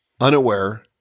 unaware